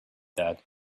that